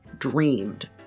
Dreamed